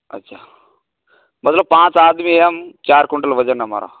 अच्छा मतलब पाँच आदमी हैं हम चार क्विंटल वज़न है हमारा